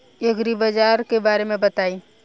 एग्रीबाजार के बारे में बताई?